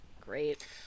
Great